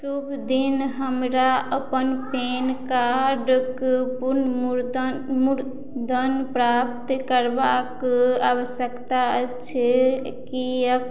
शुभ दिन हमरा अपन पैनकार्डक पुनर्मुद्रण मुर्दन प्राप्त करबाक आवश्यकता अछि